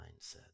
mindset